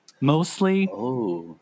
Mostly